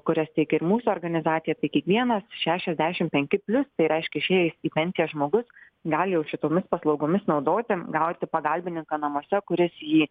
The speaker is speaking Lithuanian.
kurias teikia ir mūsų organizacija tai kiekvienas šešiasdešim penki plius tai reiškia išėjęs į pensiją žmogus gali jau šitomis paslaugomis naudoti gauti pagalbininką namuose kuris jį